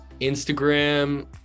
Instagram